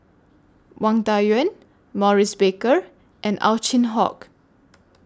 Wang Dayuan Maurice Baker and Ow Chin Hock